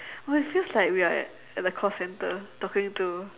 oh it feels like we are at at the call centre talking to